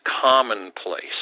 commonplace